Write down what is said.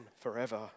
forever